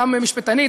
גם משפטנית,